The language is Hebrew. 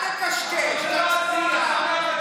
אל תקשקש, תצביע.